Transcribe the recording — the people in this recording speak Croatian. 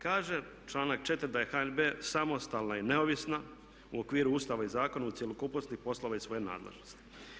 Kaže članak 4. da je HNB samostalna i neovisna u okviru Ustava i zakona u cjelokupnosti poslova iz svoje nadležnosti.